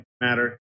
Matter